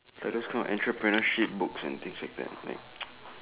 but that's not entrepreneurship books and things like that like